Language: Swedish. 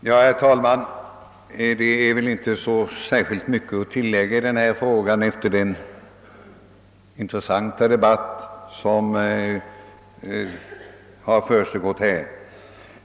Herr talman! Det är väl inte mycket att tillägga i denna fråga efter den intressanta debatt som har försiggått här.